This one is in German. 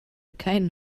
keinen